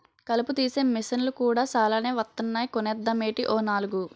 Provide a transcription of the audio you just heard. కలుపు తీసే మిసన్లు కూడా సాలానే వొత్తన్నాయ్ కొనేద్దామేటీ ఓ నాలుగు?